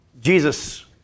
Jesus